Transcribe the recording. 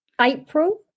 April